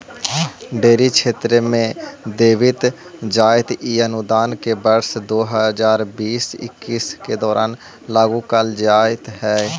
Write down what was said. dairy क्षेत्र में देवित जाइत इ अनुदान के वर्ष दो हज़ार बीस इक्कीस के दौरान लागू कैल जाइत हइ